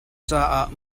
caah